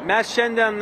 mes šiandien